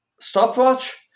stopwatch